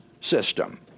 system